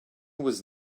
was